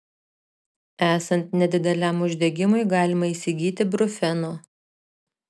esant nedideliam uždegimui galima įsigyti brufeno